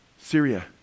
Syria